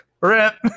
rip